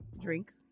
Drink